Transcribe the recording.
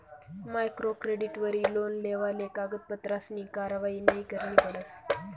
micro क्रेडिटवरी loan लेवाले कागदपत्रसनी कारवायी नयी करणी पडस